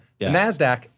NASDAQ